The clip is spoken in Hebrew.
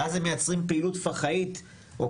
ואז הם מייצרים פעילות חבלנית עויינת או